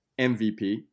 MVP